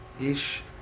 ish